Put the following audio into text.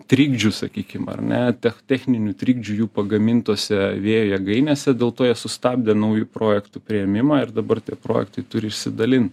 trikdžių sakykim ar ne techninių trikdžių jų pagamintuose vėjo jėgainėse dėl to jie sustabdė naujų projektų priėmimą ir dabar tie projektai turi išsidalint